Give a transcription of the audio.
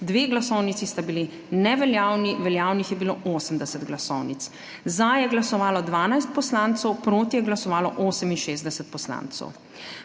dve glasovnici sta bili neveljavni, veljavnih je bilo 80 glasovnic. Za je glasovalo 12 poslancev, proti je glasovalo 68 poslancev.